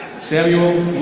samuel